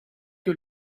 que